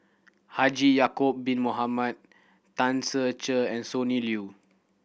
Haji Ya'acob Bin Mohamed Tan Ser Cher and Sonny Liew